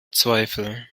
zweifel